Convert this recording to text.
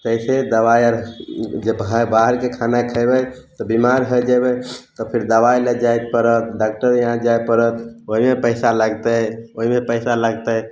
ताहि सऽ दबाइ आर जे बाहरके खाना खयबै तऽ बिमार होइ जयबै तऽ फेर दबाइ लय जायके पड़त डाक्टर यहाँ जाय पड़त ओहिमे पैसा लागतै ओहिमे पैसा लागतै